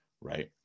right